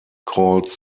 called